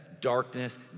darkness